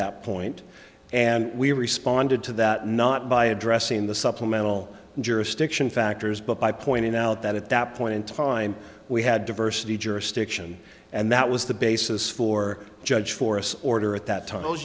that point and we responded to that not by addressing the supplemental jurisdiction factors but by pointing out that at that point in time we had diversity jurisdiction and that was the basis for judge for us order at that time i was